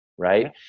right